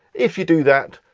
if you do that,